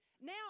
now